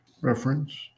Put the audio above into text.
Reference